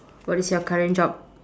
what is your current job